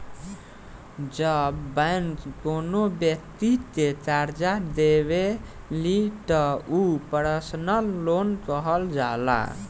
जब बैंक कौनो बैक्ति के करजा देवेली त उ पर्सनल लोन कहल जाला